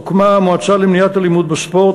הוקמה המועצה למניעת אלימות בספורט.